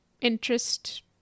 interest